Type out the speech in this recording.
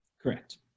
Correct